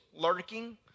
lurking